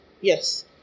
yes